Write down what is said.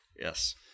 Yes